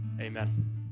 amen